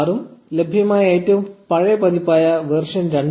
6 ഉം ലഭ്യമായ ഏറ്റവും പഴയ പതിപ്പായ വേർഷൻ 2